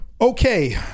okay